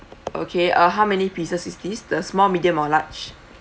okay uh how many pieces is this the small medium or large